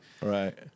Right